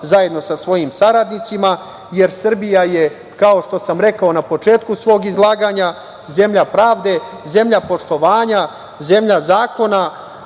zajedno sa svojim saradnicima, jer Srbija je, kao što sam rekao na početku svog izlaganja, zemlja pravde, zemlja poštovanja, zemlja zakona,